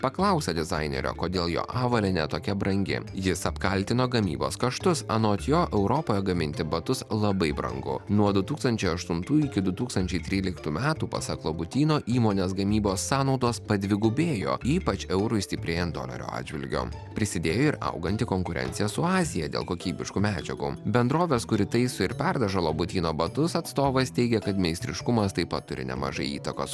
paklausė dizainerio kodėl jo avalynė tokia brangi jis apkaltino gamybos kaštus anot jo europoje gaminti batus labai brangu nuo du tūkstančiai aštuntųjų iki du tūkstančiai tryliktų metų pasak labutyno įmonės gamybos sąnaudos padvigubėjo ypač eurui stiprėjant dolerio atžvilgiu prisidėjo ir auganti konkurencija su azija dėl kokybiškų medžiagų bendrovės kuri taiso ir perdažo labutyno batus atstovas teigia kad meistriškumas taip pat turi nemažai įtakos